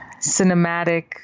cinematic